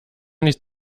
nicht